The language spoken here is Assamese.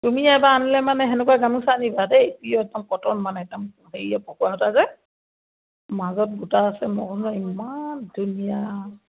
তুমি এইবাৰ আনিলে মানে সেনেকুৱা গামোচা আনিবা দেই পিয়ৰ একদম কটন মানে একদম হেৰিয়ৰ পকোৱা সূতা যে মাজত বুটা আছে মই কৈছোঁ নহয় ইমান ধুনীয়া